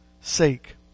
sake